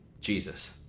Jesus